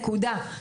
נקודה.